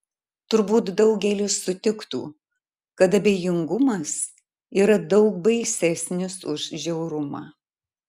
turbūt daugelis sutiktų kad abejingumas yra daug baisesnis už žiaurumą